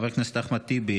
חבר הכנסת אחמד טיבי,